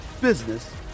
business